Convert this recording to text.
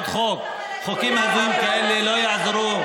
חוקים הזויים כאלה לא יעזרו.